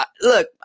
Look